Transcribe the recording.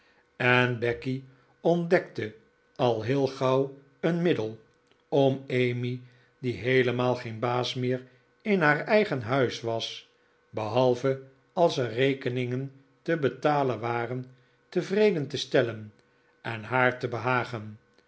en becky ontdekte al heel gauw een middel om emmy die heelemaal geen baas meer in haar eigen huis was behalve als er rekeningen te betalen waren tevreden te stellen en haar te behagen